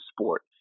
sport